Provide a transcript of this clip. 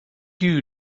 you